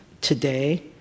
today